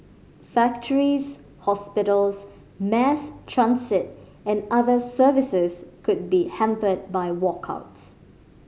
factories hospitals mass transit and other services could be hampered by walkouts